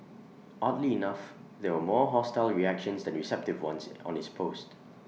oddly enough there were more hostile reactions than receptive ones on this post